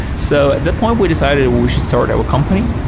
so at that point we decided we should start our company.